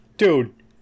Dude